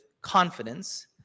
confidence